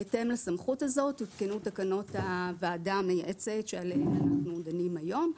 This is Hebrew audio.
בהתאם לסמכות הזאת הותקנו תקנות הוועדה המייעצת שעליה אנחנו דנים היום.